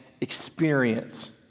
experience